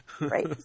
Right